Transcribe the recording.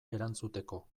erantzuteko